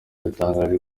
batangaje